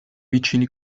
vicini